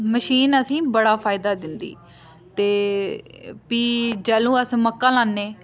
machine असेंगी बड़ा फायदा दिंदी ते फ्ही जैह्लू अस मक्कां लान्नें